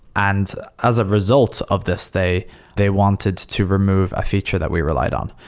and as a result of this, they they wanted to remove a feature that we relied on.